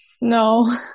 No